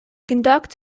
conduct